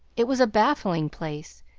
it was a baffling place,